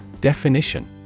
Definition